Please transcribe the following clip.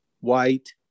white